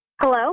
Hello